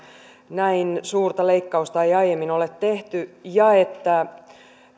näin suurta leikkausta ei aiemmin ole tehty ja että